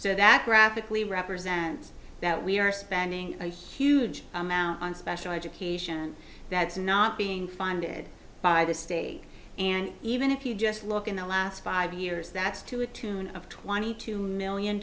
so that graphically represents that we are spending a huge amount on special education that's not being funded by the state and even if you just look in the last five years that's to a tune of twenty two million